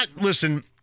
Listen